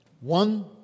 One